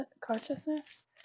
consciousness